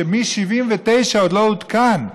שמ-1979 עוד לא עודכן,